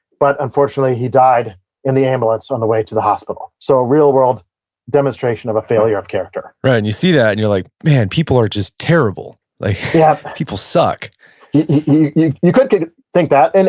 but, unfortunately, he died in the ambulance on the way to the hospital. so, ah real world demonstration of a failure of character right. and you see that, and you're like, man, people are just terrible. like yeah people suck you you could could think that. and